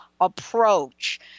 approach